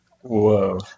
Whoa